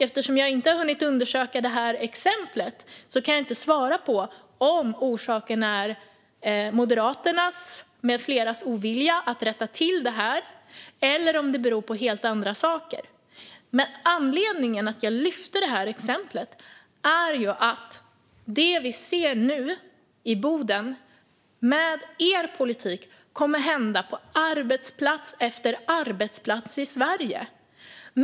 Eftersom jag inte har hunnit undersöka exemplet kan jag inte svara på om orsaken är oviljan hos Moderaterna med flera att rätta till det här eller om det beror på helt andra saker. Anledningen till att jag tog upp exemplet var att det vi nu ser i Boden kommer med er politik att hända på arbetsplats efter arbetsplats i Sverige.